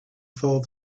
fall